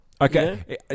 Okay